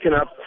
up